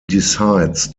decides